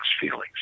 feelings